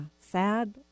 sad